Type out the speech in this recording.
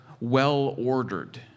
well-ordered